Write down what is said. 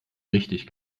richtig